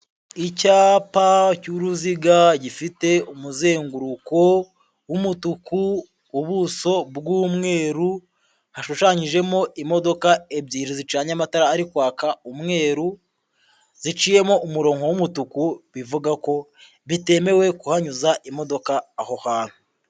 Icyapa cy'uruziga gifite umuzenguruko w'umutuku, ubuso bw'umweru, hashushanyijemo imodoka ebyiri zicanye amatara ari kwaka umweru, ziciyemo umuronko w'umutuku, bivuga ko bitemewe kuhanyuza imodoka aho hantu.